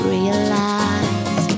Realize